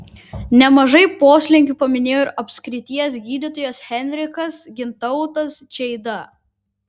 nemažai poslinkių paminėjo ir apskrities gydytojas henrikas gintautas čeida